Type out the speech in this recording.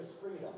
freedom